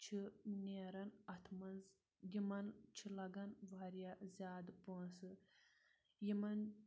چھُ نیران اَتھ منٛز یِمَن چھِ لَگان واریاہ زیادٕ پونٛسہٕ یِمَن